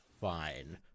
fine